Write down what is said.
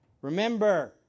Remember